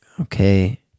okay